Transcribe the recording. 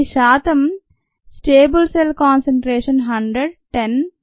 ఈ శాతం stable cell concentration 100 10 1 0